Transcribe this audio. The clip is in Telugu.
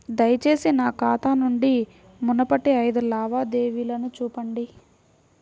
దయచేసి నా ఖాతా నుండి మునుపటి ఐదు లావాదేవీలను చూపండి